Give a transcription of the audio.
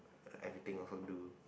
everything also do